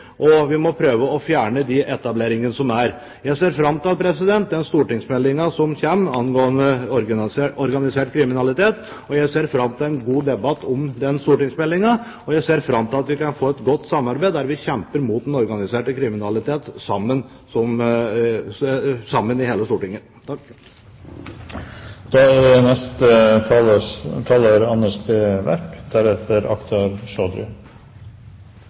og vi må prøve å fjerne de etableringene som er. Jeg ser fram til den stortingsmeldingen som kommer angående organisert kriminalitet. Jeg ser fram til en god debatt om den stortingsmeldingen, og jeg ser fram til at vi kan få et godt samarbeid, der hele Stortinget sammen kjemper mot den organiserte kriminaliteten. Den rød-grønne regjeringen har i flere år sagt at bekjempelse av organisert kriminalitet er en prioritert oppgave. Stortinget